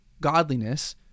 godliness